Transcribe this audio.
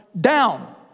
down